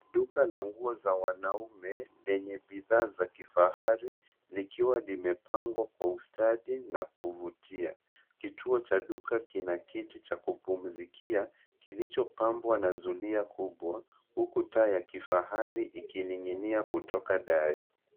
Duka na nguo za wanaume lenye bidhaa za kifahari likiwa limepangwa kwa ustadi na kuvutia. Kituo cha duka kina kiti cha kupumzikia kilichopambwa na zulia kubwa, huku taa ya kifahari ikining'inia kutoka dari.